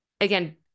again